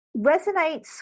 resonates